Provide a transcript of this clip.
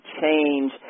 change